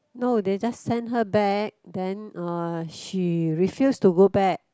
no they just send her back then uh she refuse to go back